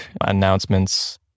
announcements